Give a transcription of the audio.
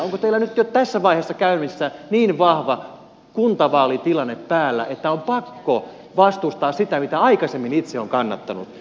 onko teillä nyt jo tässä vaiheessa niin vahva kuntavaalitilanne päällä että on pakko vastustaa sitä mitä aikaisemmin itse on kannattanut